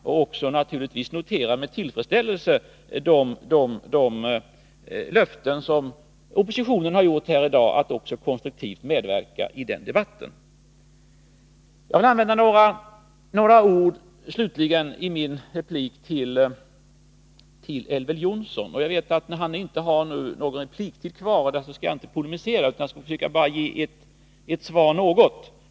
Jag noterar naturligtvis med tillfredsställelse de löften som oppositionen i dag har gett, att man konstruktivt skall medverka i den debatten. Jag skall inte polemisera mot Elver Jonsson, eftersom han inte har någon replik kvar, men jag vill ändå svara honom.